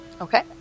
Okay